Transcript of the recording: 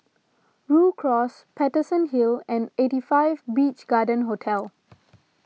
Rhu Cross Paterson Hill and eighty five Beach Garden Hotel